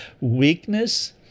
weakness